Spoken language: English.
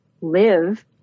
live